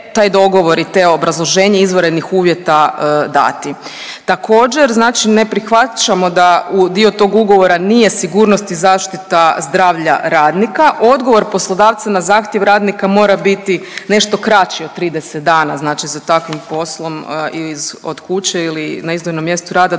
taj dogovor te obrazloženje izvanrednih uvjeta dati. Također znači ne prihvaćamo da dio tog ugovora nije sigurnost i zaštita zdravlja radnika. Odgovor poslodavca na zahtjev radnika mora biti nešto kraći od 30 dana, znači za takvim poslom od kuće ili na izdvojenom mjestu rada dovoljno